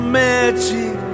magic